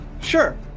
Sure